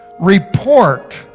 report